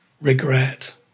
regret